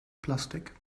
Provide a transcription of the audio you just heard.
plastik